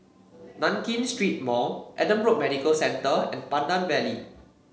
Nankin Street Mall Adam Road Medical Center and Pandan Valley